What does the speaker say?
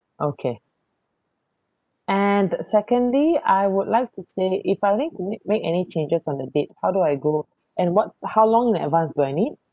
okay and secondly I would like to say if I need to make make any changes on the date how do I go and what how long in advance do I need